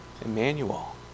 Emmanuel